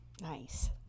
nice